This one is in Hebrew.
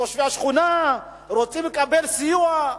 תושבי השכונה, רוצים לקבל סיוע,